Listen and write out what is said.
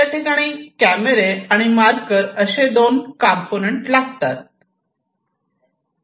या ठिकाणी कॅमेरे आणि मार्कर असे दोन कंपोनेंट लागतात